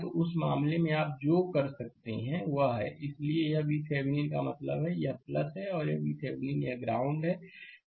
तो उस मामले में आप जो कर सकते हैं वह है इसलिए यह VThevenin का मतलब है यह है और यह VThevenin है और यह ग्राउंड है